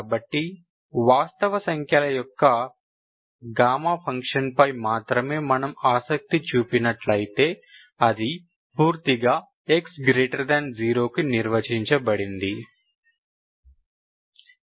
కాబట్టి వాస్తవ సంఖ్యల యొక్క గామా ఫంక్షన్ పై మాత్రమే మనము ఆసక్తి చూపినట్లయితే అది పూర్తిగా x0 కి నిర్వచించబడింది